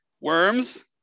worms